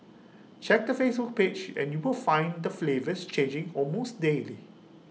check their Facebook page and you will find the flavours changing almost daily